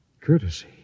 Courtesy